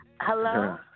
hello